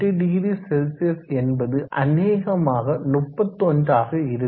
80C என்பது அநேகமாக 31ஆக இருக்கும்